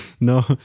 No